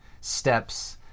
Steps